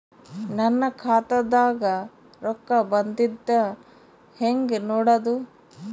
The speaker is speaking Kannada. ನನ್ನ ಖಾತಾದಾಗ ರೊಕ್ಕ ಬಂದಿದ್ದ ಹೆಂಗ್ ನೋಡದು?